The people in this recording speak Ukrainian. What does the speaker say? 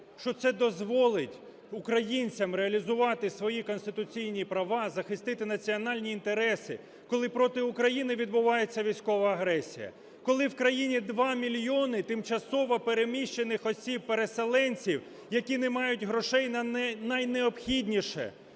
що це дозволить українцям реалізувати свої конституційні права, захистити національні інтереси, коли проти України відбувається військова агресія, коли в країні 2 мільйони тимчасово переміщених осіб, переселенців, які не мають грошей на найнеобхідніше,